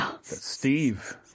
Steve